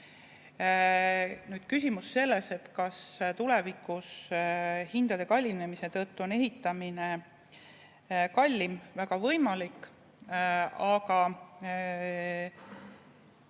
Nüüd küsimus sellest, kas tulevikus hindade kallinemise tõttu on ehitamine kallim. Väga võimalik. Aga